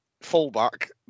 full-back